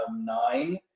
nine